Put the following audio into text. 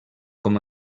com